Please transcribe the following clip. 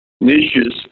niches